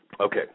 okay